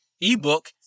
ebook